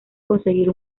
conseguir